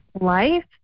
life